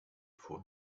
for